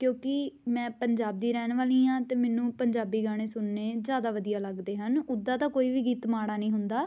ਕਿਉਂਕਿ ਮੈਂ ਪੰਜਾਬ ਦੀ ਰਹਿਣ ਵਾਲੀ ਹਾਂ ਅਤੇ ਮੈਨੂੰ ਪੰਜਾਬੀ ਗਾਣੇ ਸੁਣਨੇ ਜ਼ਿਆਦਾ ਵਧੀਆ ਲੱਗਦੇ ਹਨ ਉੱਦਾਂ ਤਾਂ ਕੋਈ ਵੀ ਗੀਤ ਮਾੜਾ ਨਹੀਂ ਹੁੰਦਾ